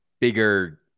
bigger